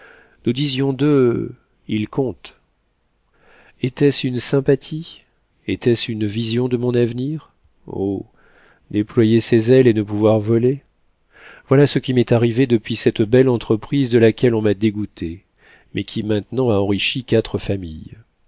nous disions d'eux ils comptent était-ce une sympathie était-ce une vision de mon avenir oh déployer ses ailes et ne pouvoir voler voilà ce qui m'est arrivé depuis cette belle entreprise de laquelle on m'a dégoûté mais qui maintenant a enrichi quatre familles